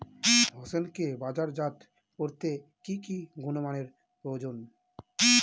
হোসেনকে বাজারজাত করতে কি কি গুণমানের প্রয়োজন?